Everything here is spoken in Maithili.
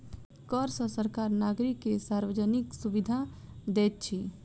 कर सॅ सरकार नागरिक के सार्वजानिक सुविधा दैत अछि